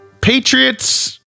Patriots